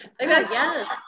Yes